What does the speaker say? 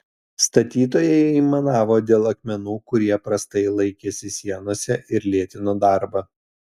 statytojai aimanavo dėl akmenų kurie prastai laikėsi sienose ir lėtino darbą